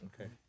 Okay